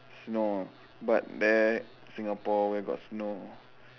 snow but there Singapore where got snow